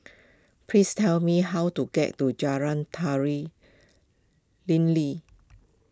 please tell me how to get to Jalan Tari Lim Lee